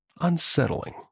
unsettling